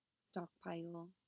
stockpile